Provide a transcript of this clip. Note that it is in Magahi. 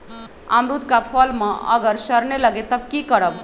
अमरुद क फल म अगर सरने लगे तब की करब?